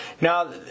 now